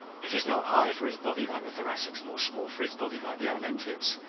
it is not high for his body like the thoracic's nor small for his body like the alimentive's,